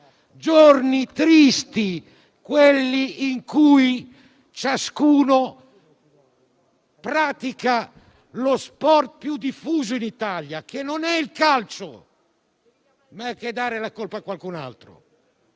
capro espiatorio, in cui ciascuno pratica lo sport più diffuso in Italia, che non è il calcio, ma è dare la colpa a qualcun altro.